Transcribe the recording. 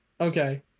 Okay